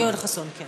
יואל חסון, כן.